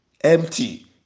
empty